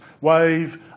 wave